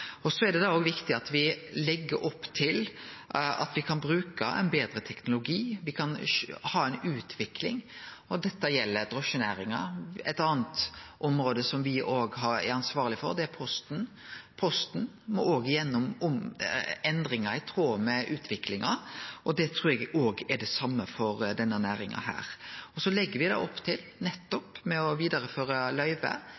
Så er det òg viktig at me legg opp til at me kan bruke ein betre teknologi, at me kan ha ei utvikling. Dette gjeld drosjenæringa. Eit anna område som me òg er ansvarlege for, er posten. Posten må òg gjennom endringar i tråd med utviklinga, og eg trur det er det same for denne næringa. Ved at me legg opp til